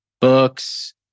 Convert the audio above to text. Books